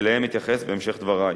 שאליהם אתייחס בהמשך דברי.